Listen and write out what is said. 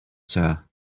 sir